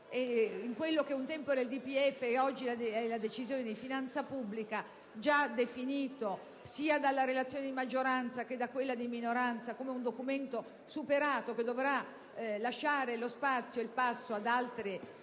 Quello che un tempo era il DPEF e oggi è la Decisione di finanza pubblica è stato già definito sia dalla relazione di maggioranza che da quella di minoranza come un documento superato, che dovrà lasciare lo spazio e il passo ad altri